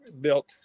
built